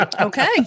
Okay